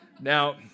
Now